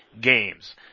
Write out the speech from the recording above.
games